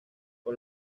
con